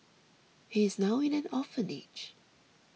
he's now in an orphanage